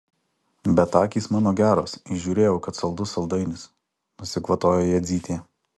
bet akys mano geros įžiūrėjau kad saldus saldainis nusikvatojo jadzytė